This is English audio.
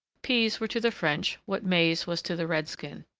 peas were to the french what maize was to the redskin.